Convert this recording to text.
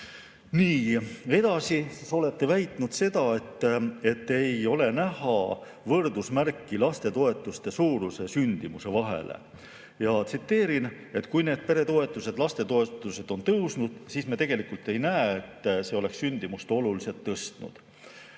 Nii. Edasi olete väitnud seda, et ei ole näha võrdusmärki lastetoetuste suuruse ja sündimuse vahel. Tsiteerin: "Kui need peretoetused, lastetoetused on tõusnud, siis me tegelikult ei näe, et see oleks sündimust oluliselt tõstnud."